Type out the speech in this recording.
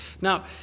Now